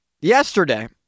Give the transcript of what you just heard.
yesterday